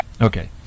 Okay